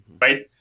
Right